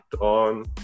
on